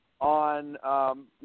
on